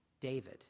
David